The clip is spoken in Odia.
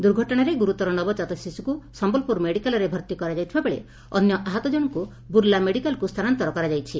ଦୁର୍ଘଟଣାରେ ଗୁରୁତର ନବଜାତ ଶିଶୁକୁ ସମ୍ଭଲପୁର ମେଡ଼ିକାଲରେ ଭର୍ତ୍ତି କରାଯାଇଥିବାବେଳେ ଅନ୍ୟ ଆହତ ଜଶଙ୍କୁ ବୁଲା ମେଡ଼ିକାଲକୁ ସ୍ଥାନାନ୍ତର କରାଯାଇଛି